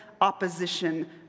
opposition